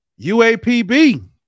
UAPB